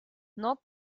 nord